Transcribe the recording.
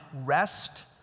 rest